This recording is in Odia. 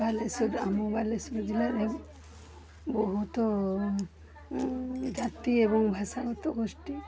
ବାଲେଶ୍ଵର ଜିଲ୍ଲା ଆମ ବାଲେଶ୍ଵର ଜିଲ୍ଲାରେ ବହୁତ ଜାତି ଏବଂ ଭାଷାଗତ ଗୋଷ୍ଠୀ